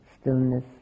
stillness